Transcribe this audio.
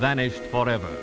vanished for ever